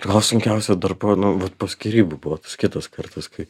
gal sunkiausia dar po nu vat po skyrybų buvo tas kitas kartas kai